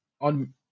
on